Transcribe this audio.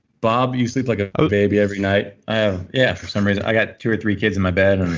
bob, you sleep like a ah baby every night? i am yeah. for some reason. i got two or three kids in my bed.